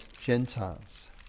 Gentiles